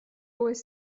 was